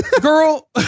girl